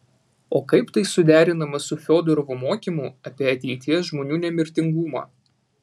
o kaip tai suderinama su fiodorovo mokymu apie ateities žmonių nemirtingumą